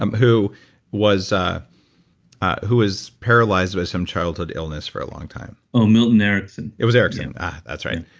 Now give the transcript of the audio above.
um who was ah who was paralyzed with some childhood illness for a long time oh milton erickson it was erickson? yeah that's right.